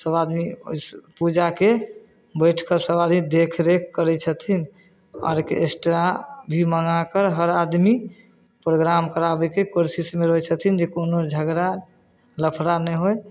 सभ आदमी ओहिसँ पूजाके बैठिकऽ सभ आदमी देखरेख करै छथिन ऑरकेस्ट्रा भी मँगाकऽ हर आदमी प्रोग्राम कराबैके कोशिशमे रहै छथिन जे कोनो झगड़ा लफड़ा नहि होइ